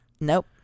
Nope